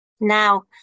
Now